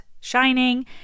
shining